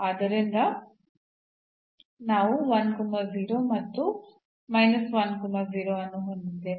ಆದ್ದರಿಂದ ನಾವು 1 0 ಮತ್ತು 1 0 ಅನ್ನು ಹೊಂದಿದ್ದೇವೆ